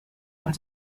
und